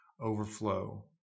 overflow